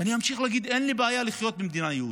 ואני אמשיך להגיד שאין לי בעיה לחיות במדינה יהודית.